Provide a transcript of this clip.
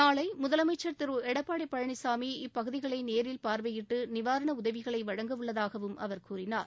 நாளை முதலமைச்சர் திரு எடப்பாடி பழனிசாமி இப்பகுதிகளை நேரில் பார்வையிட்டு நிவாரண உதவிகளை வழங்கவுள்ளதாகவும் அவர் கூறினார்